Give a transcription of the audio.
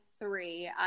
three